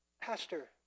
Pastor